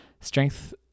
strength